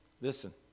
listen